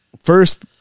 first